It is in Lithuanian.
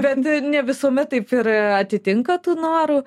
bet ne visuomet taip ir atitinka tų norų